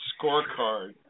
scorecard